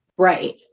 Right